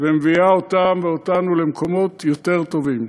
ומביאה אותם ואותנו למקומות יותר טובים.